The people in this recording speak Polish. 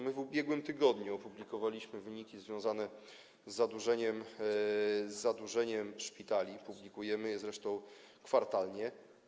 My w ubiegłym tygodniu opublikowaliśmy wyniki związane z zadłużeniem szpitali, publikujemy je zresztą kwartalnie.